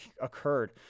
occurred